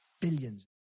billions